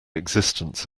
existence